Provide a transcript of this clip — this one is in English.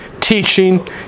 teaching